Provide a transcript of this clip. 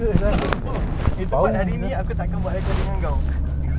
bro itu part hari ini saya tak kan buat recording dengan kau